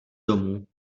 domů